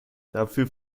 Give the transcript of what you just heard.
dafür